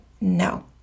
No